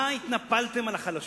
מה התנפלתם על החלשים?